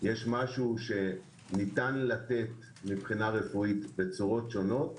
יש משהו שניתן לתת מבחינה רפואית בצורות שונות,